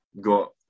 got